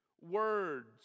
words